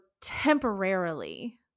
temporarily